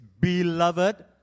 Beloved